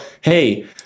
hey